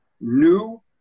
new